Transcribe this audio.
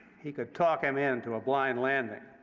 he could talk him in to a blind landing.